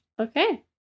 Okay